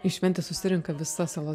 į šventę susirenka visa salos